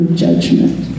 judgment